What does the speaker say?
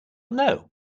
know